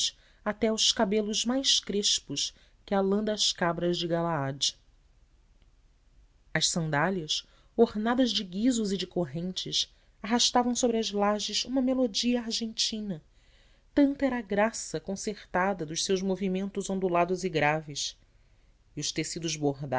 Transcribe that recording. até aos cabelos mais crespos que a lã das cabras de galaade as sandálias ornadas de guizos e de correntes arrastavam sobre as lajes uma melodia argentina tanta era a graça concertada dos seus movimentos ondulados e graves e os tecidos